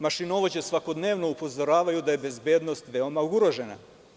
Mašinovođe svakodnevno upozoravaju da je bezbednost veoma ugrožena.